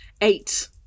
eight